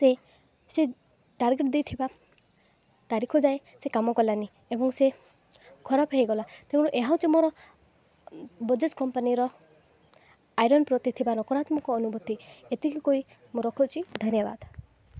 ସେ ସେ ଟାର୍ଗେଟ୍ ଦେଇଥିବା ତାରିଖ ଯାଏଁ ସେ କାମ କଲାନି ଏବଂ ସେ ଖରାପ ହେଇଗଲା ତେଣୁ ଏହା ହଉଛି ମୋର ବାଜାଜ୍ କମ୍ପାନୀର ଆଇରନ୍ ପ୍ରତି ଥିବା ନକରାତ୍ମକ ଅନୁଭୂତି ଏତିକି କହି ମୁଁ ରଖୁଛି ଧନ୍ୟବାଦ